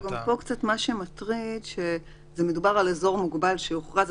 מה שמטריד פה זה שמדובר על אזור מוגבל שיוכרז.